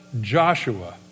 Joshua